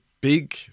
big